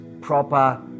proper